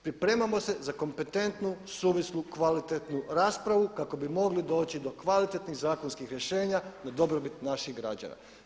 Pripremamo se za kompetentnu, suvislu, kvalitetnu raspravu kako bi mogli doći do kvalitetnih zakonskih rješenja na dobrobit naših građana.